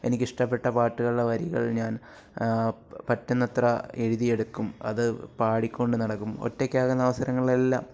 എനിക്ക് ഇഷ്ടപ്പെട്ട പാട്ടുകളുടെ വരികൾ ഞാൻ പറ്റുന്നത്ര എഴുതി എടുക്കും അത് പാടിക്കൊണ്ട് നടക്കും ഒറ്റയ്ക്കാകുന്ന അവസരങ്ങളിലെല്ലാം